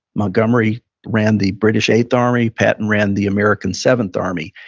montgomery ran the british eighth army, patton ran the american seventh army.